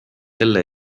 selle